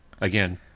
again